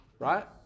right